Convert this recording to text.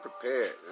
prepared